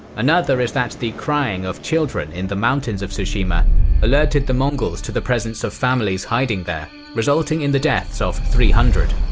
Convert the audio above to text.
another is that the crying of children in the mountains of tsushima alerted the mongols to the presence of families hiding there, resulting in the deaths of three hundred.